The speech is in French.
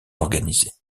organisées